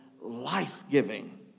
life-giving